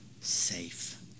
safe